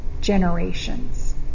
generations